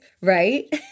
right